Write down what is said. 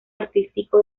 artístico